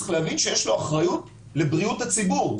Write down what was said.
צריך להבין שיש לו אחריות לבריאות הציבור.